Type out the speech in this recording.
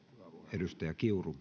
arvoisa herra